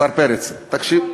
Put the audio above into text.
השר פרץ, תקשיב.